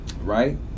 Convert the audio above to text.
right